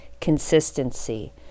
consistency